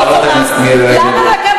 חברת הכנסת מירי רגב.